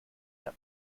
der